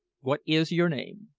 what is your name?